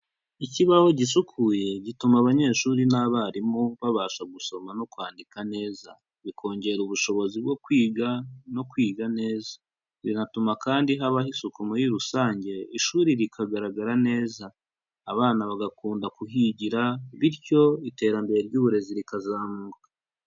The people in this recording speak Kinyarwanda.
Ikibaho gisukuye gituma abanyeshuri n'abarimu babasha gusoma no kwandika neza, bikongera ubushobozi bwo kwiga no kwiga neza, binatuma kandi habaho isuku muri rusange ishuri rikagaragara neza, abana bagakunda kuhigira bityo iterambere ry'uburezi rikazamuka.